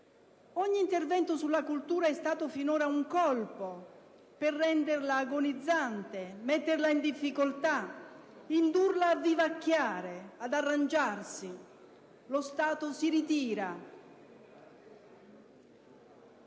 Ogni intervento sulla cultura è stato finora un colpo per renderla agonizzante, metterla in difficoltà, indurla a vivacchiare, ad arrangiarsi. Lo Stato si ritira,